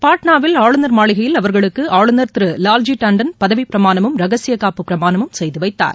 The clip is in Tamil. பாட்னாவில் ஆளுநர் மாளிகையில் அவர்களுக்கு ஆளுநர் திரு லால்ஜி தாண்டன் பதவி பிரமாணமும் ரகசிய காப்பு பிரமாணமும் செய்து வைத்தார்